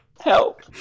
help